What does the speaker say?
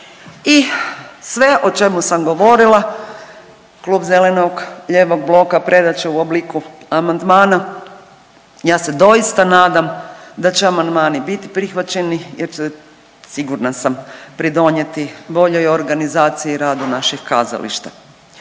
I sve o čemu sam govorila Klub zeleno-lijevog bloka predat će u obliku amandmana. Ja se doista nadam da će amandmani biti prihvaćeni jer će sigurna sam pridonijeti boljoj organizaciji rada naših kazališta.